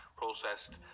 processed